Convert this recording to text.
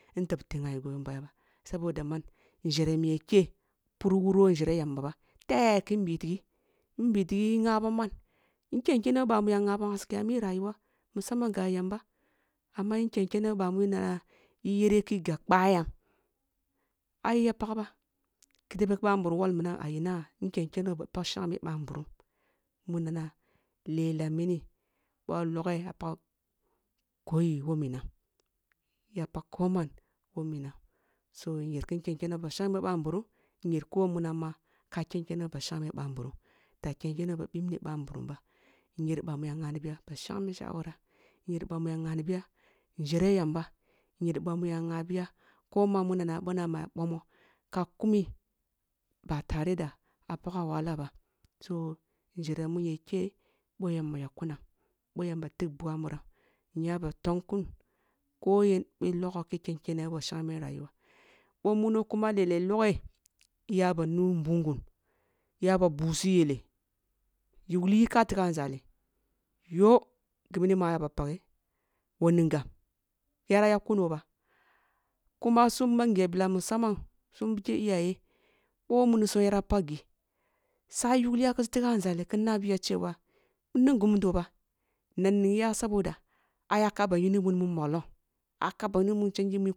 Nteb tey ngha bi goyon baya ba saboda man nsere miye keh pur wuru won njere yamba ba tayaya kin bi tigh in bi tigh, ingha bam man nken kene woh bamu ya ngha bam haske ami rayuwam musamman ga yamba ama nken kene who bamu ya ngha bam haske ami rayuwam musamman ga yamba ama nken kene woh bamu na na i yere ki ga ka yam ai ya pagba ki da ki banburum wol minam ah ina ken kenen wa ba shangme banburum munana lela mini boh loghe ah pag koyi woh minam ya pag ko man woh minam so nyer kin ken kene woh ba shangme bahnburuu nyer ki woh munam ma ka ken ken woh ba shangone ъanburun da ken kene woh ba bibne ban burum ba nyu ъbah mu ya ngha na biya ba shanghe shawara nyer ba mu ya ngha na biya njere yamba nyer ba mu ya ngha na biya ko man mu na na ъa na ma ah bomo ka kumyi ba tare da ъa pagha wahala ba so njer mu nyer keh boh yamba yak kunam boh yamba tig bugna muram nya ba tong kun ko yen bi logho ki ken kene a ba shangme rayuwa boh muno kuma lela i loghe iya ba nuh nbungun iya ba busu yele yugli yi ka tigha nzal yoh ghi mu aya ba pagha w ningham yara yak kuno ba kuma su ba ngeh bila mu samman sum bike iyaye boh munisum ya pag ghe sah yugliya kisu tigha nzali kisi na biya chewa nning ghe mudo ba na ning ya saboda ayaka ba yum bi wun ni molong aka ba yum mun changi